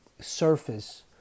surface